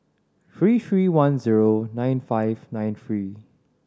three three one zero nine five nine three